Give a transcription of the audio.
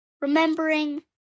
Remembering